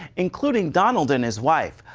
including donald and his wife.